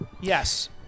Yes